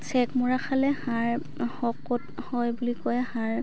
check মৰা খালে হাড় শকত হয় বুলি কয় হাড়